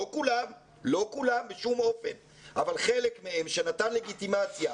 לא כולם בשום אופן אבל חלק מהם שנתן לגיטימציה,